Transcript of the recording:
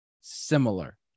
similar